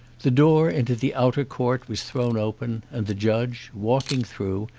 the door into the outer court was thrown open and the judge, walking through,